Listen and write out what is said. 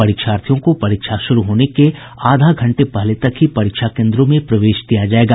परीक्षार्थियों को परीक्षा शुरू होने के आधे घंटे पहले तक ही परीक्षा केन्द्रों में प्रवेश दिया जायेगा